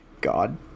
God